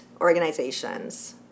organizations